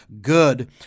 good